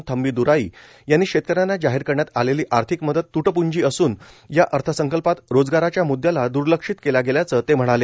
थंबी द्राई यांनी शेतकऱ्यांना जाहिर करण्यात आलेली आर्थिक मदत तूटपूंजी असून या अर्थसंकल्पात रोजगाराच्या मुदयाला दुर्लक्षित केल्या गेल्याचं ते म्हणाले